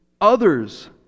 others